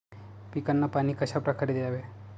पिकांना पाणी कशाप्रकारे द्यावे?